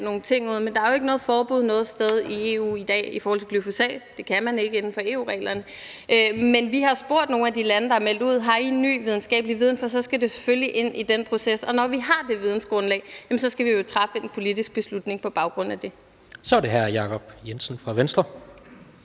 nogle ting ud, men der er jo ikke noget forbud noget sted i EU i dag i forhold til glyfosat, for det kan man ikke inden for EU-reglerne; men vi har spurgt nogle af de lande, der har meldt ud, om de har en ny videnskabelig viden, for så skal det selvfølgelig ind i den proces. Og når vi har det vidensgrundlag, skal vi jo træffe en politisk beslutning på baggrund af det. Kl. 16:01 Tredje næstformand